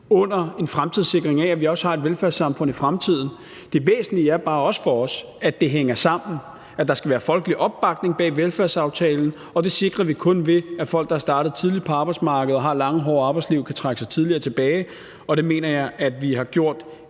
under en fremtidssikring af, at vi også har et velfærdssamfund i fremtiden. Det væsentlige er bare også for os, at det hænger sammen, og at der skal være folkelig opbakning bag velfærdsaftalen, og det sikrer vi kun ved, at folk, der er startet tidligt på arbejdsmarkedet og har haft et langt og hårdt arbejdsliv, kan trække sig tidligere tilbage. Og det mener jeg at vi har taget